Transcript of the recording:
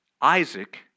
Isaac